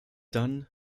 dann